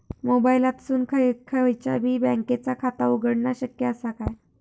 मोबाईलातसून खयच्याई बँकेचा खाता उघडणा शक्य असा काय?